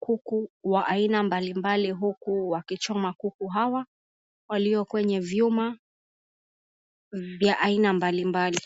kuku wa aina mbalimbali, huku wakichoma kuku hawa walio kwenye vyuma vya aina mbalimbali.